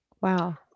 Wow